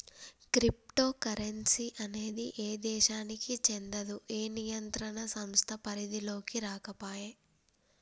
crypto currency అనేది ఏ దేశానికీ చెందదు, ఏ నియంత్రణ సంస్థ పరిధిలోకీ రాకపాయే